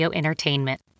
entertainment